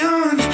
on